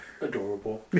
Adorable